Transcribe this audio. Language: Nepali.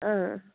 अँ